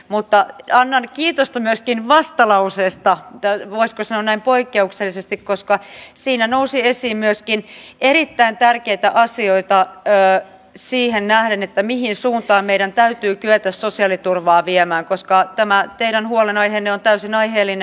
mutta annan kiitosta myöskin vastalauseesta voisiko sanoa näin poikkeuksellisesti koska siinä nousi esiin myöskin erittäin tärkeitä asioita siihen nähden mihin suuntaan meidän täytyy kyetä sosiaaliturvaa viemään koska tämä teidän huolenaiheenne on täysin aiheellinen